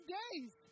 days